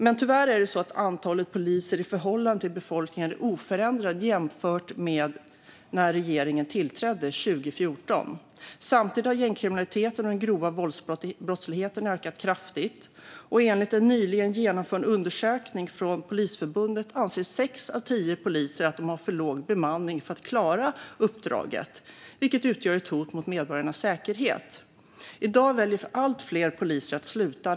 Men tyvärr är antalet poliser i förhållande till befolkningen oförändrat jämfört med när regeringen tillträdde 2014. Samtidigt har gängkriminaliteten och den grova våldsbrottsligheten ökat kraftigt. Enligt en nyligen genomförd undersökning från Polisförbundet anser sex av tio poliser att de har för låg bemanning för att klara uppdraget, vilket utgör ett hot mot medborgarnas säkerhet. I dag väljer allt fler poliser att sluta.